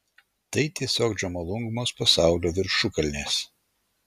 tai tiesiog džomolungmos pasaulio viršukalnės